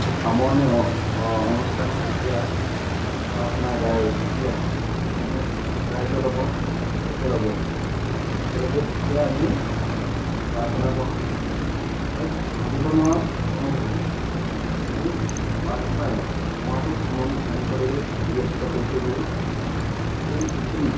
সেই সামৰণি অনুষ্ঠানত যেতিয়া প্ৰাৰ্থনা গায় তেতিয়া আমি ৰাইজৰ লগত একেলগে একেলগে তেতিয়া আমি প্ৰাৰ্থনা কৰোঁ এক ভাবিব নোৱাৰা অনুভূতি যি প্ৰাৰ্থনাই মহাপুৰুষ শ্ৰীমন্ত শংকৰদেৱে বিৰচিত কৰি থৈ গ'ল এই পৃথিৱীত